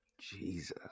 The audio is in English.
Jesus